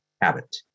habit